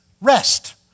rest